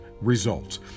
results